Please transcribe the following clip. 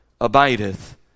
abideth